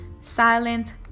silent